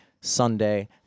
Sunday